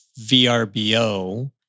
VRBO